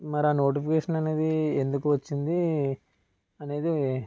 మరి ఆ నోటిఫికేషన్ అనేది ఎందకు వచ్చింది అనేది